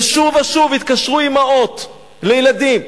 ושוב ושוב התקשרו אמהות לילדים,